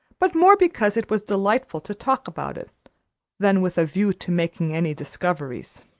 but more because it was delightful to talk about it than with a view to making any discoveries.